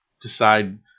decide